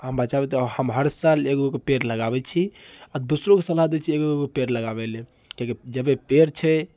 हम बचाबैत हम हर साल एगो कऽ पेड़ लगाबैत छी आ दोसरोके सलाह दै छियै एगो एगो पेड़ लगाबै लेल किआकी जखने पेड़ छै